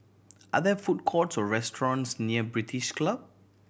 are there food courts or restaurants near British Club